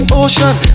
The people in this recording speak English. ocean